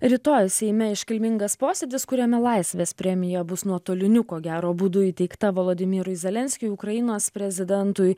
rytoj seime iškilmingas posėdis kuriame laisvės premija bus nuotoliniu ko gero būdu įteikta volodimirui zelenskiui ukrainos prezidentui